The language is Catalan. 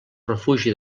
refugi